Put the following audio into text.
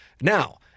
Now